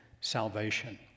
salvation